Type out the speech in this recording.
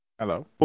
Hello